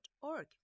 org